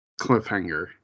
cliffhanger